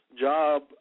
job